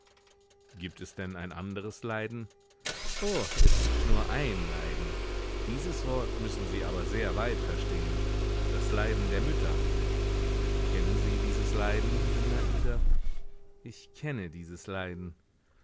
gibt es denn ein anderes leiden o es gibt nur ein leiden dieses wort müssen sie aber sehr weit verstehen das leiden der mütter kennen sie dieses leiden sinada ich kenne dieses leiden